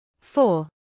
Four